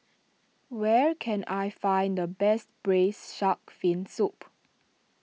where can I find the best Braised Shark Fin Soup